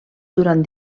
durant